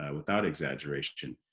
ah without exaggeration,